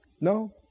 no